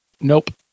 Nope